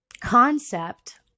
concept